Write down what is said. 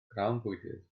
grawnfwydydd